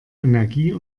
energie